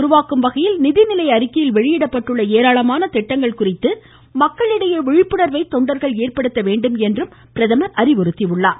உருவாக்கும் வகையில் நிதிநிலை அறிக்கையில் இந்தியாவை புதிய வெளியிடப்பட்டுள்ள ஏராளமான திட்டங்கள் குறித்து மக்களிடையே விழிப்புணர்வை தொண்டர்கள் ஏற்படுத்த வேண்டும் என்றும் கேட்டுக்கொண்டார்